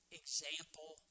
example